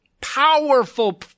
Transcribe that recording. powerful